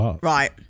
Right